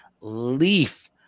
Leaf